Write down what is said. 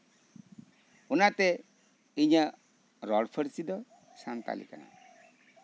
ᱚᱱᱟᱛᱮ ᱤᱧᱟᱹᱜ ᱨᱚᱲ ᱯᱟᱹᱨᱥᱤ ᱫᱚ ᱥᱟᱱᱛᱟᱞᱤ ᱠᱟᱱᱟ